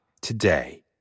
today